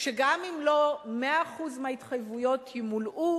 שגם אם לא 100% ההתחייבויות ימולאו,